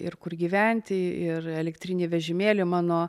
ir kur gyventi ir elektrinį vežimėlį mano